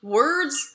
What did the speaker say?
words